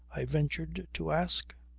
i ventured to ask.